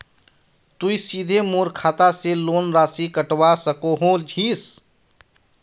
तुई सीधे मोर खाता से लोन राशि कटवा सकोहो हिस?